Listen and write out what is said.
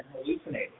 hallucinating